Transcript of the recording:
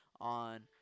on